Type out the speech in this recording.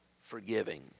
forgiving